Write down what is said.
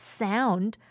sound